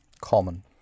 common